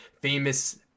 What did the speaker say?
famous